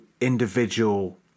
individual